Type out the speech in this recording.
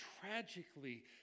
tragically